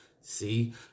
See